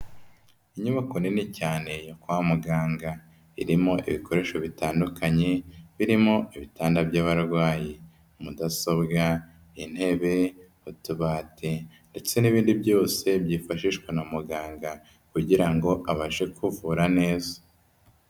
Inyubako nini cyane yo kwa muganga. Irimo ibikoresho bitandukanye, birimo ibitanda by'abarwayi, mudasobwa, intebe, utubati ndetse n'ibindi byose byifashishwa na muganga kugira ngo abashe kuvura neza.